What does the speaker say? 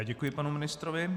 Děkuji panu ministrovi.